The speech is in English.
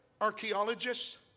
archaeologists